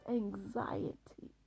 anxiety